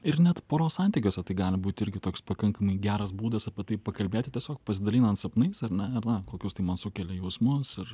ir net poros santykiuose tai gali būti irgi toks pakankamai geras būdas apie tai pakalbėti tiesiog pasidalinant sapnais ar ne ir na kokius tai man sukelia jausmus ir